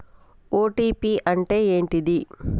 OTP అంటే ఏంటిది?